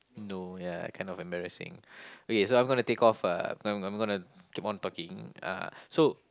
no ya kind of embarrassing okay so I'm gonna take off uh I'm I'm gonna to keep on talking uh so